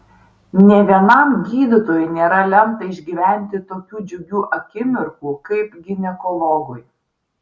nė vienam gydytojui nėra lemta išgyventi tokių džiugių akimirkų kaip ginekologui